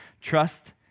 trust